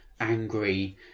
angry